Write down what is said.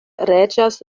reĝas